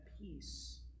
peace